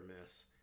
miss